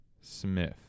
Smith